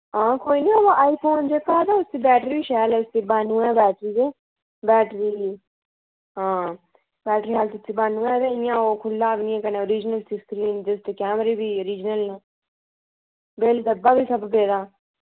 हां कोई निं बा आई फोन जेह्का ते बैटरी बी शैल ऐ उसदी बानुएं बैटरी ऐ बैटरी हां बैटरी हैल्थ उदी बानुएं ते इ'यां ओह् खुह्ल्ला बी नेईं ऐ कन्नै ओरिजिनल उसदी स्क्रीन ते उसदे कैमरे बी ओरिजिनल न बिल डब्बा बी सब पेदा